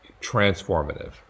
transformative